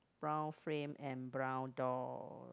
brown frame and brown door